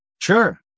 Sure